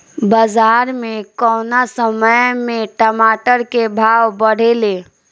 बाजार मे कौना समय मे टमाटर के भाव बढ़ेले?